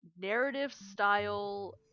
narrative-style